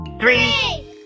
Three